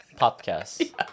podcast